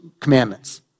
commandments